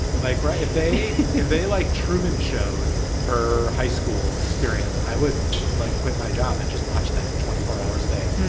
like right if they if they like truman showed her high school experience. i would like quit my job and just watch that twenty four hours a day.